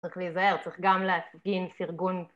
צריך להיזהר, צריך גם להפגין פירגון